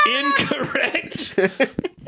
Incorrect